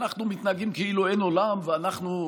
אנחנו מתנהגים כאילו אין עולם ואנחנו,